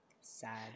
Sad